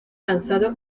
lanzado